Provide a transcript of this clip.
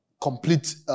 complete